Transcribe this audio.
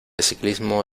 ciclismo